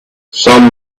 some